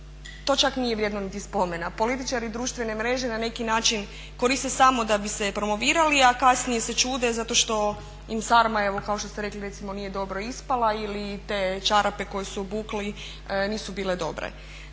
to čak nije vrijedno niti spomena. Političari društvene mreže na neki način koriste samo da bi se promovirali a kasnije se čude zato što im sarma evo kao što ste rekli recimo nije dobro ispala ili te čarape koje su obukli nisu bile dobre.